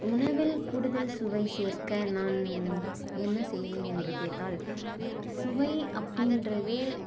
உணவில் கூடுதல் சுவை சேர்க்க நான் என்ன செய்வேன் என்று கேட்டால் சுவை அப்படின்றது